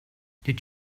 did